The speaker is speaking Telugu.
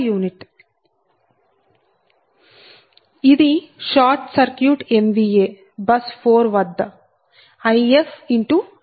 ఇది షార్ట్ సర్క్యూట్ MVA బస్ 4 వద్ద IfMVAbase8